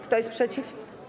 Kto jest przeciw?